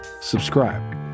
subscribe